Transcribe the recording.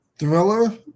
Thriller